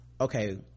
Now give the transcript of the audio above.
okay